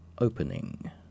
Opening